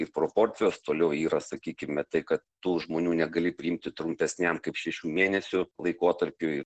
ir proporcijos toliau yra sakykime tai kad tų žmonių negali priimti trumpesniam kaip šešių mėnesių laikotarpiui